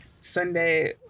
Sunday